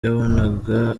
yabonaga